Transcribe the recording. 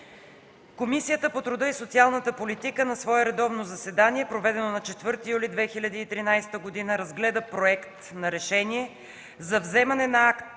Комисията по труда и социалната политика, на свое редовно заседание, проведено на 4 юли 2013 г., разгледа Проект на решение за вземане на акт